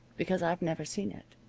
because i've never seen it.